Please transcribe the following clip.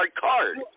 card